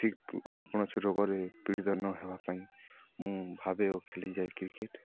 ଠିକ୍ ଆମେ କୌଣସି ରୋଗରେ ପୀଡ଼ିତ ନ ହେବା ପାଇଁ ମୁଁ ଭାବେ ଓ ଖେଳି ଯାଏ କ୍ରିକେଟ